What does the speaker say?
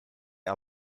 our